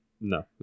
No